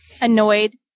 Annoyed